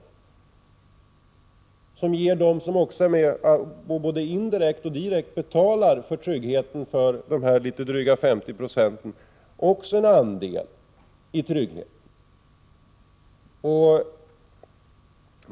Det skall vara ett system som ger också dem som är med om att både indirekt och direkt betala för tryggheten för dessa drygt 50 96 en andel i tryggheten.